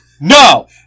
No